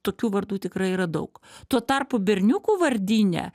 tokių vardų tikrai yra daug tuo tarpu berniukų vardyne